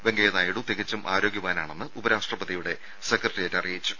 വെങ്കയ്യ നായിഡു തികച്ചും ആരോഗ്യവാനാണെന്ന് ഉപരോഷ്ട്രപതിയുടെ സെക്രട്ടേറിയറ്റ് അറിയിച്ചു